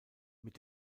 mit